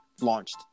launched